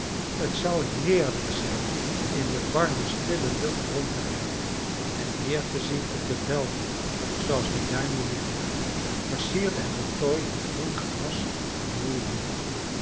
t zou heerlijk zijn in de warme stille lucht rond te rijden en neer te zien op de velden zooals die daar nu liggen versierd en getooid met groen gras en mooie bloemen